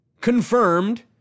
confirmed